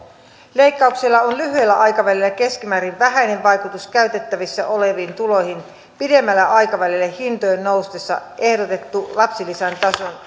leikkauksella on lyhyellä aikavälillä keskimäärin vähäinen vaikutus käytettävissä oleviin tuloihin pidemmällä aikavälillä hintojen noustessa ehdotettu lapsilisän tason